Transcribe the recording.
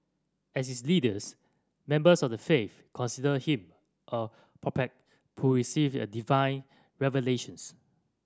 as its leaders members of the faith considered him a prophet who received a divine revelations